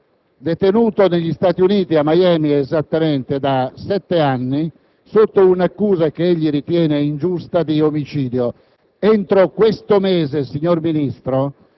detenuto negli Stati Uniti - a Miami esattamente - da sette anni, per un'accusa che egli ritiene ingiusta: quella di omicidio. Entro questo mese, signor Ministro,